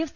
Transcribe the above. F